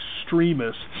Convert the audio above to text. extremists